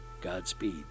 Godspeed